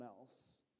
else